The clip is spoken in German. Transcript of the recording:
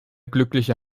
glückliche